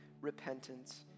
repentance